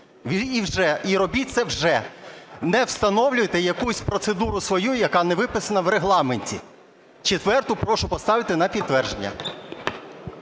і робіть це вже, не встановлюйте якусь процедуру свою, яка не виписана в Регламенті. 4-у прошу поставити на підтвердження.